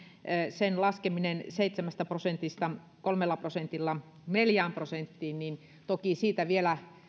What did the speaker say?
laskemisesta seitsemästä prosentista kolmella prosentilla neljään prosenttiin toki voidaan vielä